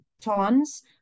tons